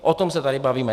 O tom se tady bavíme.